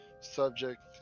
subject